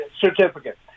Certificate